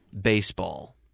baseball